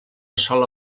sola